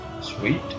Sweet